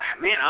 man